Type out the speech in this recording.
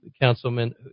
Councilman